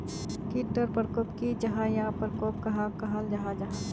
कीट टर परकोप की जाहा या परकोप कहाक कहाल जाहा जाहा?